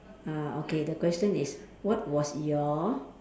uh okay the question is what was your